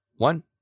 One